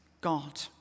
God